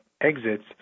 exits